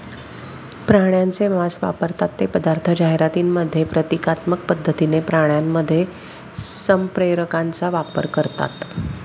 प्राण्यांचे मांस वापरतात ते पदार्थ जाहिरातींमध्ये प्रतिकात्मक पद्धतीने प्राण्यांमध्ये संप्रेरकांचा वापर करतात